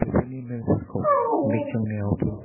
बेफोरनि मेलफोरखौ बेखेवनायावबो